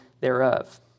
thereof